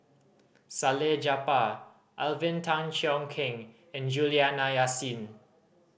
Salleh Japar Alvin Tan Cheong Kheng and Juliana Yasin